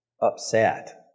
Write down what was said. upset